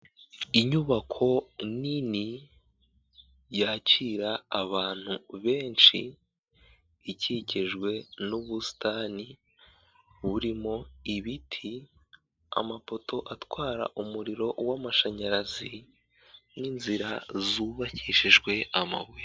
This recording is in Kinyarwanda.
Inyubako nini yakira abantu benshi, ikikijwe n'ubusitani burimo ibiti, amapoto atwara umuriro w'amashanyarazi, n'inzira zubakishijwe amabuye.